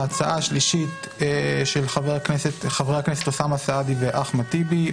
ההצעה השלישית של חברי הכנסת אוסאמה סעדי ואחמד טיבי,